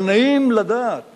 אבל נעים לדעת